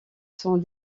sont